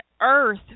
earth